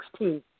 2016